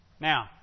Now